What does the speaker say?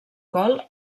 col